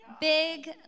big